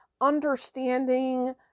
understanding